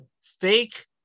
fake